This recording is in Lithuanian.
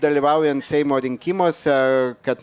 dalyvaujant seimo rinkimuose kad